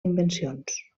invencions